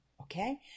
okay